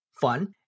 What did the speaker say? fun